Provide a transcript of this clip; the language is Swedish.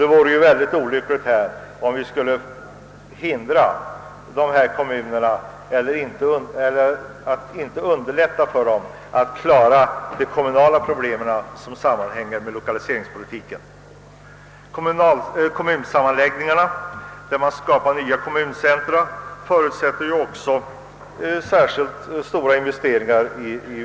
Det vore synnerligen olyckligt om vi inte underlättade för de berörda kommunerna att bemästra de problem som sammanhänger med lokaliseringspolitiken. Också kommunsammanläggningarna, genom vilka nya kommuncentra skapas, förutsätter i vissa fall särskilda investeringar.